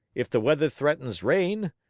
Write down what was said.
if the weather threatens rain,